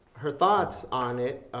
her thoughts on it,